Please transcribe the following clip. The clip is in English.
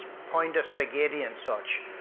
pointer spaghetti and such,